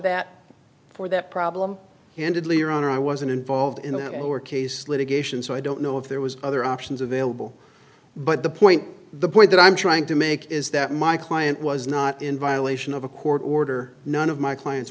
that for that problem candidly your honor i wasn't involved in that lower case litigation so i don't know if there was other options available but the point the point that i'm trying to make is that my client was not in violation of a court order none of my client